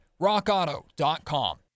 rockauto.com